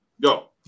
Go